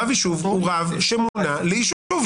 רב יישוב הוא רב שמונה ליישוב,